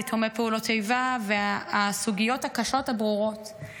יתומי פעולות האיבה והסוגיות הקשות הברורות,